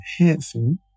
enhancing